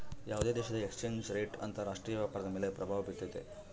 ಯಾವುದೇ ದೇಶದ exchange rate ಅಂತರ ರಾಷ್ಟ್ರೀಯ ವ್ಯಾಪಾರದ ಮೇಲೆ ಪ್ರಭಾವ ಬಿರ್ತೈತೆ